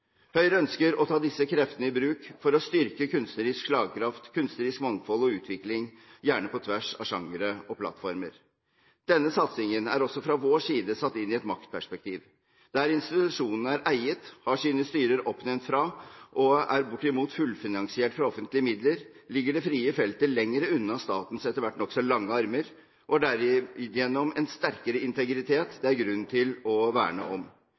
Høyre ønsker å ta disse kreftene i bruk for å styrke kunstnerisk slagkraft, kunstnerisk mangfold og utvikling, gjerne på tvers av genrer og plattformer. Denne satsingen er også fra vår side satt inn i et maktperspektiv. Der institusjonene er eiet, har sine styrer oppnevnt fra, og er bortimot fullfinansiert av offentlige midler, ligger det frie feltet lenger unna statens etter hvert nokså lange armer og har derigjennom en sterkere integritet det er grunn til å verne om.